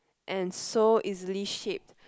and so easily shaped